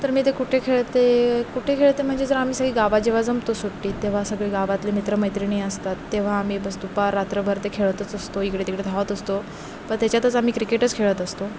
तर मी ते कुठे खेळते कुठे खेळते म्हणजे जर आम्ही सगळी गावा जेव्हा जमतो सुट्टीत तेव्हा सगळे गावातले मित्र मैत्रिणी असतात तेव्हा आम्ही बस दुपार रात्रभर ते खेळतच असतो इकडे तिकडे धावत असतो पण त्याच्यातच आम्ही क्रिकेटच खेळत असतो